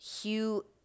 Hugh